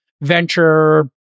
venture